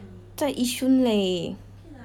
在 yishun leh